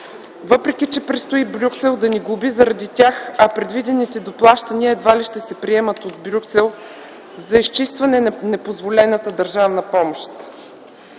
въпреки че предстои Брюксел да ни глоби заради тях, а предвидените доплащания едва ли ще се приемат от Брюксел за изчистване на непозволената държавна помощ.